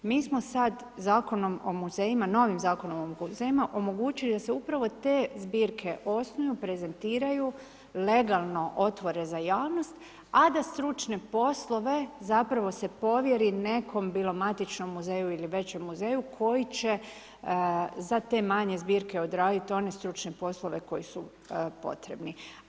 Mi smo sad novim Zakonom o muzejima omogućili da se upravo te zbirke osnuju, prezentiraju, legalno otvore za javnost, a da stručne poslove zapravo se povjeri nekom bilo matičnom muzeju ili većem muzeju, koji će za te manje zbirke odradit one stručne poslove koji su potrebni.